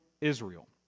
Israel